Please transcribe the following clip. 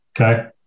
Okay